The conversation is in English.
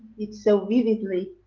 it so vividly.